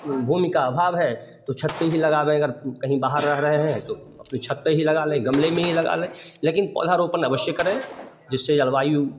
भूमि का अभाव है तो छत पर ही लगाएँ अगर कहीं बाहर रह रहें हैं तो अपनी छत पर ही लगा लें गमले में ही लगा लें लेकिन पौधारोपण अवश्य करें जिससे जलवायु